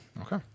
Okay